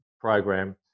program